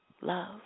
love